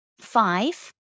Five